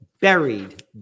Buried